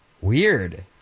Weird